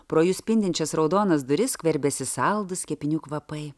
pro jų spindinčias raudonas duris skverbėsi saldūs kepinių kvapai